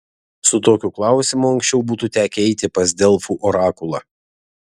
su tokiu klausimu anksčiau būtų tekę eiti pas delfų orakulą